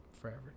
forever